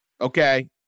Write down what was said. Okay